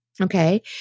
okay